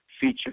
feature